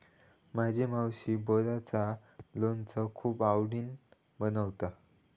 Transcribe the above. माझी मावशी बोराचा लोणचा खूप आवडीन बनवता